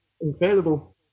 incredible